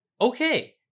Okay